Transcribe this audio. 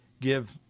give